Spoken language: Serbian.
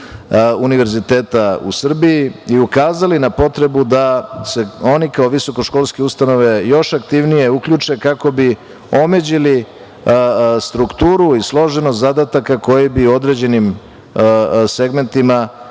univerziteta u Srbiji i ukazali na potrebu da se oni kao visokoškolske ustanove još aktivnije uključe kako bi omeđili strukturu i složenost zadataka koje bi određenim segmentima